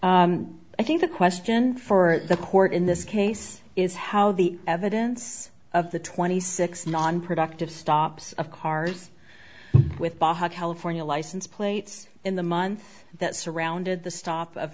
appellant i think the question for the court in this case is how the evidence of the twenty six nonproductive stops of cars with baja california license plates in the months that surrounded the stop of